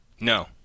no